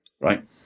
right